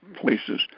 places